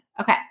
Okay